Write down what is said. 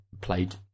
played